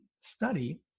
study